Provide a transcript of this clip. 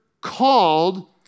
called